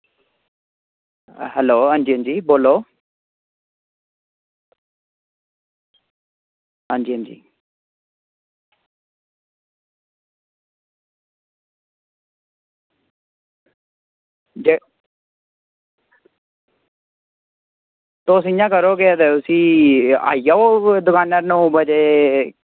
hello हां जी हां जी बोल्लो हां जी हां जी दे तुस इयां करो केह् आखदे उसी आई जाओ तुस दकानैं पर नौं बज़े